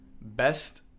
Best